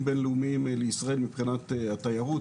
בינלאומיים לישראל מבחינת התיירות,